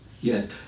yes